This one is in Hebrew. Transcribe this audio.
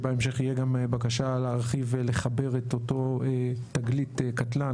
שבהמשך יהיה גם בקשה להרחיב ולחבר את אותו תגלית קטלן,